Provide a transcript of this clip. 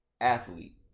athlete